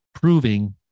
proving